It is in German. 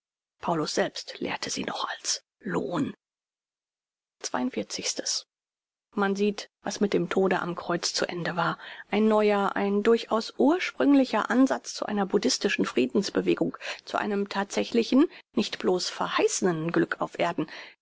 paulus selbst lehrte sie noch als lohn man sieht was mit dem tode am kreuz zu ende war ein neuer ein durchaus ursprünglicher ansatz zu einer buddhistischen friedensbewegung zu einem thatsächlichen nicht bloß verheißenen glück auf erden